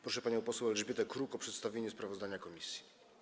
Proszę panią poseł Elżbietę Kruk o przedstawienie sprawozdania komisji.